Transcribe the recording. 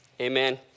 Amen